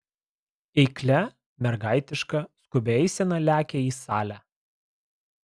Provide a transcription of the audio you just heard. eiklia mergaitiška skubia eisena lekia į salę